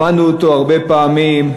למדנו אותו הרבה פעמים,